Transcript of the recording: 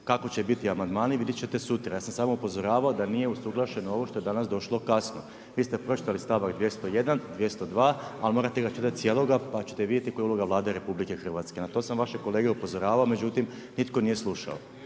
Kako će biti amandmani, vidjeti ćete sutra. Ja sam samo upozoravao da nije usuglašeno ovo što je danas došlo kasno. Vi ste pročitali stavak 201. i 202. ali morate ga čitati cijeloga pa ćete vidjeti koja je uloga Vlade RH. Na to sam vaše kolege upozoravao međutim nitko nije slušao.